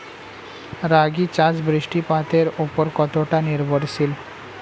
রাগী চাষ বৃষ্টিপাতের ওপর কতটা নির্ভরশীল?